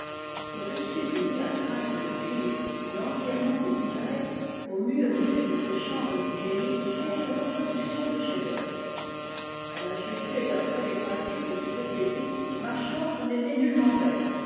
au-dessus du lit à tringles de cuivre et entièrement découvert aux murs nus de ces chambres hygiéniques quelques reproductions de chefs-d'œuvre a la juger d'après les principes de cette esthétique ma chambre n'était nullement belle